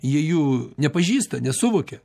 jie jų nepažįsta nesuvokia